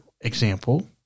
example